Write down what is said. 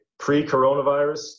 pre-coronavirus